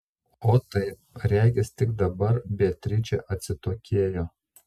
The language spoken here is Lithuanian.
o taip regis tik dabar beatričė atsitokėjo